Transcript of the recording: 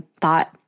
thought